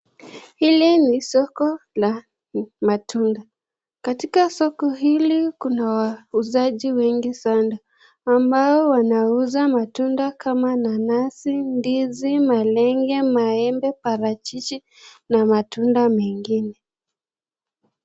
Hili ni soko la matunda. Katika soko hili kuna wauzaji wengi sana ambao wanauza matunda kama nanasi, ndizi, malenge, maembe, parachichi na matunda mengine.